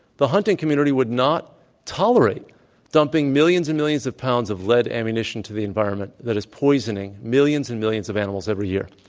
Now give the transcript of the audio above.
the hunting community would not tolerate dumbing millions and millions of pounds of led ammunition into the environment that is poisoning millions and millions of animals every year.